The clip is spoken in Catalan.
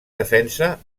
defensa